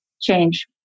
change